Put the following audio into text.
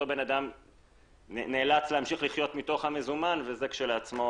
בן אדם נאלץ להמשיך לחיות מתוך המזומן וזה כשלעצמו